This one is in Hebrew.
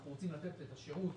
אנחנו רוצים לתת את השירות,